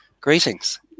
Greetings